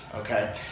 okay